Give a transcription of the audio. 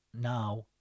now